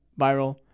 viral